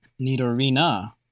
Nidorina